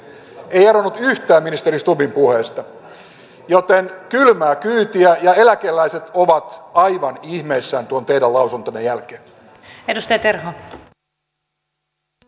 ei eronnut yhtään ministeri stubbin puheista joten kylmää kyytiä ja eläkeläiset ovat aivan ihmeissään tuon teidän lausuntonne jälkeen